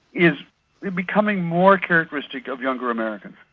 is becoming more characteristic of younger americans.